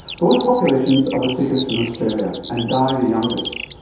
those populations are the sickest in australia and die the youngest,